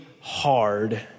hard